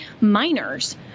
minors